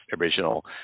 original